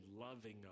loving